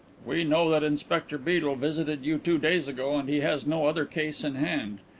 we know that inspector beedel visited you two days ago and he has no other case in hand.